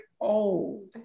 old